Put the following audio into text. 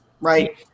Right